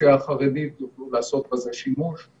האוכלוסייה החרדית, יוכלו לעשות בזה שימוש.